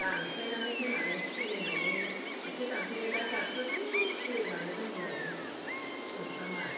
दानफायनानै होनानै खिलिनायनि एसे दानफायबाय दा जाबथु थु खिलिनानै दंलायो सुमफ्रामा